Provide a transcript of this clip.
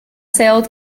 sailed